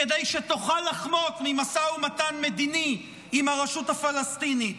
כדי שתוכל לחמוק ממשא ומתן מדיני עם הרשות הפלסטינית.